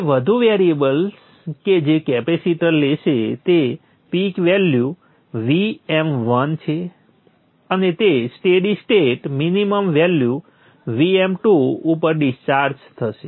બે વધુ વેરિએબલ્સ જે કેપેસિટર લેશે તે પીક વેલ્યુ Vm1 છે અને તે steady state minimum value Vm2 ઉપર ડિસ્ચાર્જ થશે